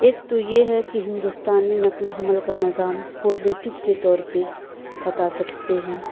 ایک تو یہ ہے کہ ہندوستانی نقل و حمل کا نظام پوزیٹو کے طور پہ بتا سکتے ہیں